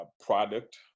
product